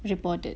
report it